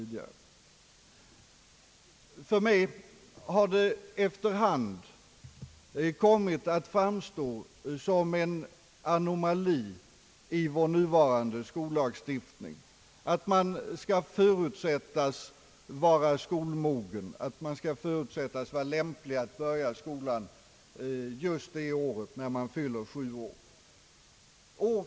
För mig har det efter hand kommit att framstå som en anomali i vår nuvarande skollagstiftning att man skall förutsättas vara skolmogen just det år man fyller sju år.